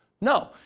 No